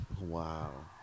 wow